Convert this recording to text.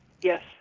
Yes